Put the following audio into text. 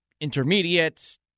intermediate